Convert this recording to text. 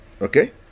okay